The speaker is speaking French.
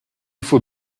faut